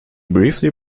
briefly